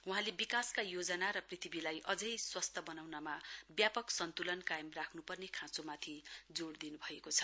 वहाँले विकासका योजना र पृथ्वीलाई अझै स्वस्थ्य बनाउनमा व्यापक सन्नुलन कायम राख्रपर्ने खाँचोमाथि जोड़ दिनुभएको छ